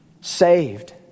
saved